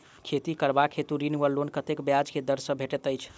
खेती करबाक हेतु ऋण वा लोन कतेक ब्याज केँ दर सँ भेटैत अछि?